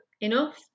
enough